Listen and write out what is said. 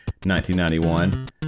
1991